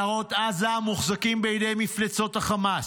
במנהרות עזה, מוחזקים בידי מפלצות החמאס,